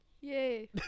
Yay